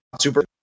super